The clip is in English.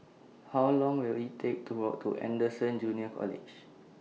How Long Will IT Take to Walk to Anderson Junior College